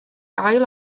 ail